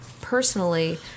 personally